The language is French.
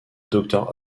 docteur